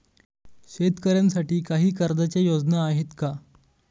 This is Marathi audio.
शेतकऱ्यांसाठी काही कर्जाच्या योजना आहेत का?